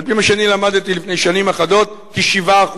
על-פי מה שאני למדתי לפני שנים אחדות, כ-7%,